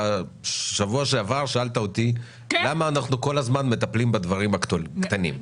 בשבוע שעבר שאלת אותי למה אנחנו כל הזמן מטפלים בדברים הקטנים.